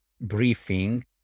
briefing